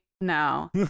no